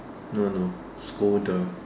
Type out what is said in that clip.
no no scolder